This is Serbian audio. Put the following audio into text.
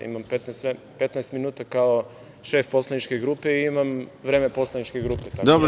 Imam 15 minuta kao šef poslaničke grupe i imam vreme poslaničke grupe.